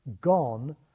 Gone